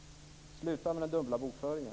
Sluta med den dubbla bokföringen.